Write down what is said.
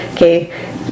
Okay